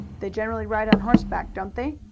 they generally ride on horseback, don't they?